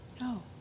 no